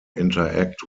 interact